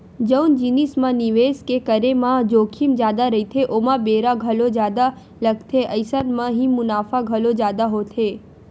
जउन जिनिस म निवेस के करे म जोखिम जादा रहिथे ओमा बेरा घलो जादा लगथे अइसन म ही मुनाफा घलो जादा होथे